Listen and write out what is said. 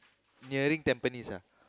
nearing Tampines ah